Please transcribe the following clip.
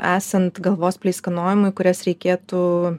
esant galvos pleiskanojimui kurias reikėtų